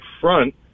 front